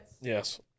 Yes